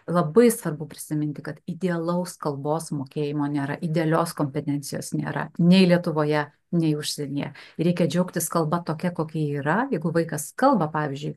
labai svarbu prisiminti kad idealaus kalbos mokėjimo nėra idealios kompetencijos nėra nei lietuvoje nei užsienyje reikia džiaugtis kalba tokia kokia yra jeigu vaikas kalba pavyzdžiui